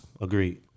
Agreed